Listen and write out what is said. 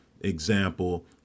example